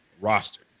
roster